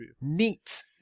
Neat